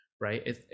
right